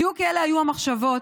בדיוק אלה היו המחשבות